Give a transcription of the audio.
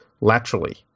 laterally